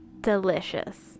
Delicious